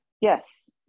Yes